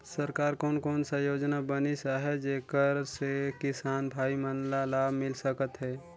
सरकार कोन कोन सा योजना बनिस आहाय जेकर से किसान भाई मन ला लाभ मिल सकथ हे?